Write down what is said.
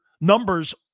numbers